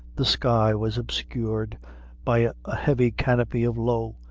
the sky was obscured by a heavy canopy of low,